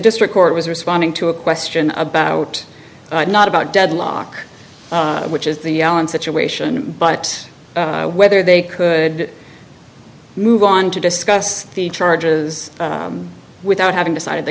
district court was responding to a question about not about deadlock which is the situation but whether they could move on to discuss the charges without having decided the